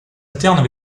alternent